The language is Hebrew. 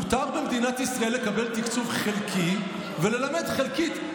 מותר במדינת ישראל לקבל תקצוב חלקי וללמד חלקית,